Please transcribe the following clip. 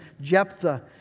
Jephthah